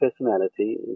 personality